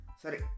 Sorry